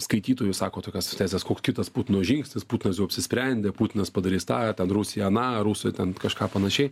skaitytojų sako tokias tezes kok kitas putino žingsnis putinas apsisprendė putinas padarys tą ten rusija aną rusai ten kažką panašiai